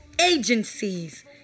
agencies